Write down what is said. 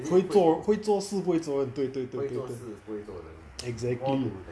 会做会做事不会做人对对对对对 exactly